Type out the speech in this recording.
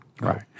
Right